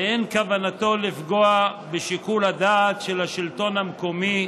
ואין כוונתו לפגוע בשיקול הדעת של השלטון המקומי